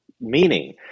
meaning